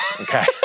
Okay